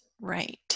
right